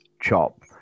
chop